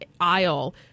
aisle